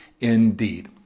indeed